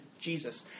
Jesus